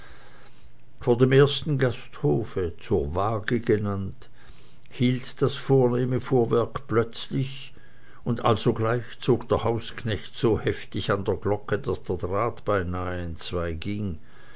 vor dem ersten gasthofe zur waage genannt hielt das vornehme fuhrwerk plötzlich und alsogleich zog der hausknecht so heftig an der glocke daß der draht beinahe